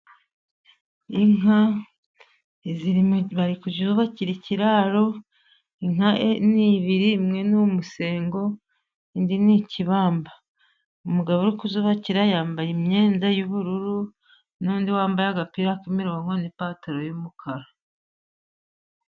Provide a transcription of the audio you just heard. Inka bari kuyubakira ikiraro, inka ni ebyiri imwe ni umusengo indi ni ikibamba. Umugabo uri kuzubakira yambaye imyenda y'ubururu, n'undi wambaye agapira k'imirongo n'ipataro y'umukara.